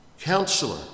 Counselor